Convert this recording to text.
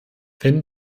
wenn